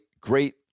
great